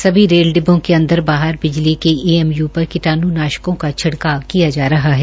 समी रेल डिब्बों के अंदर बाहर बिजली के ईएमयू पर कीटाणूना ाकों का छिड़काव किया जा रहा है